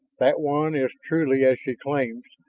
that one is truly as she claims,